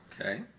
Okay